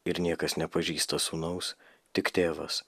ir niekas nepažįsta sūnaus tik tėvas